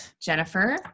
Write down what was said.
Jennifer